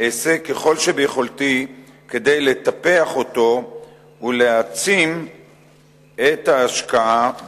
אעשה ככל שביכולתי כדי לטפח אותו ולהעצים את ההשקעה בו.